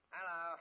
Hello